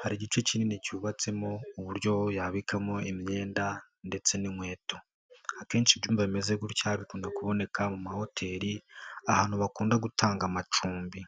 hari igice kinini cyubatsemo uburyo yabikamo imyenda ndetse n'inkweto. Akenshi ibyumba bimeze gutya bikunda kuboneka mu mahoteri, ahantu bakunda gutanga amacumbi.